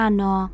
no